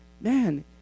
Man